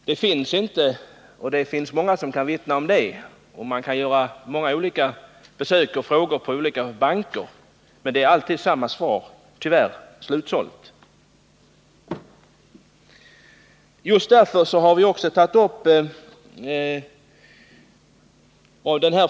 Många kan vittna om att det inte finns obligationer att köpa. Man kan besöka olika banker och fråga — det blir alltid samma svar: Tyvärr slutsålt.